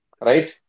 right